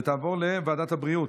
ותעבור לוועדת הבריאות.